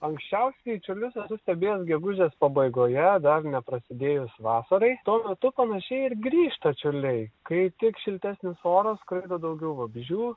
ankščiausiai čiurlius esu stebėjęs gegužės pabaigoje dar neprasidėjus vasarai tuo metu panašiai ir grįžta čiurliai kai tik šiltesnis oras skraido daugiau vabzdžių